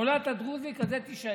נולדת דרוזי, כזה תישאר.